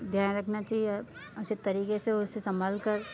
ध्यान रखना चाहिए और अच्छे तरीके से उसे संभाल कर